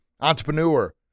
entrepreneur